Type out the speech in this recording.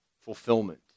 fulfillment